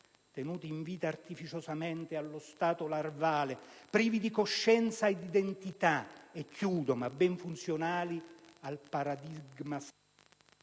tenuti in vita artificiosamente allo stato larvale privi di coscienza ed identità, ma ben funzionali al paradigma